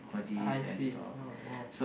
I see !wow! !wow!